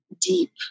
deep